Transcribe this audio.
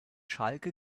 schalke